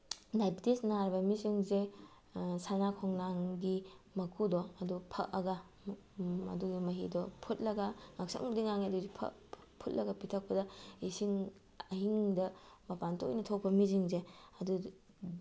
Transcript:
diabetes ꯅꯥꯔꯕ ꯃꯤꯁꯤꯡꯁꯦ ꯁꯅꯥ ꯈꯣꯡꯅꯥꯡꯒꯤ ꯃꯀꯨꯗꯣ ꯑꯗꯨ ꯐꯛꯑꯒ ꯑꯗꯨꯒꯤ ꯃꯍꯤꯗꯣ ꯐꯨꯠꯂꯒ ꯉꯥꯛꯁꯪꯕꯨꯗꯤ ꯉꯥꯡꯉꯦ ꯑꯗꯨ ꯑꯣꯏꯔꯁꯨ ꯐꯨꯠꯂꯒ ꯄꯤꯊꯛꯄꯗ ꯏꯁꯤꯡ ꯑꯍꯤꯡꯗ ꯃꯄꯥꯟ ꯇꯣꯏꯅ ꯊꯣꯛꯄ ꯃꯤꯁꯤꯡꯁꯦ ꯑꯗꯨꯗꯨ